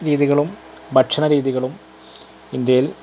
രീതികളും ഭക്ഷണരീതികളും ഇന്ത്യയിൽ